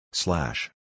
Slash